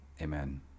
Amen